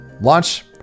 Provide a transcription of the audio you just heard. launch